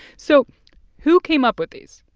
so who came up with these?